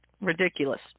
Ridiculous